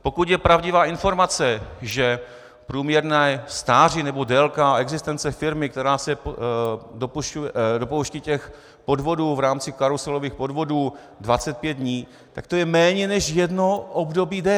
Pokud je pravdivá informace, že průměrné stáří nebo délka existence firmy, která se dopouští podvodů v rámci karuselových podvodů, je 25 dnů, tak to je méně než jedno období DPH!